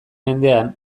mendean